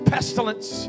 Pestilence